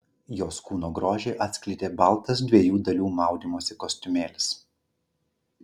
jos kūno grožį atskleidė baltas dviejų dalių maudymosi kostiumėlis